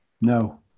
No